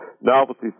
novelty